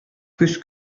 күз